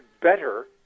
better